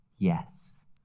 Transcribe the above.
Yes